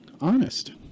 honest